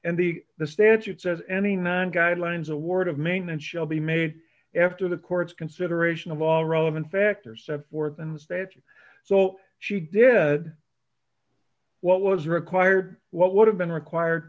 and the the statute says any non guidelines award of maintenance shall be made after the court's consideration of all relevant factors set forth in the states so she did what was required what would have been required